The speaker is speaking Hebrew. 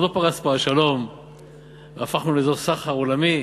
עוד לא פרץ פה השלום והפכנו לאזור סחר עולמי,